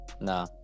Nah